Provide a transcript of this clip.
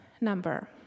number